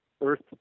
Earth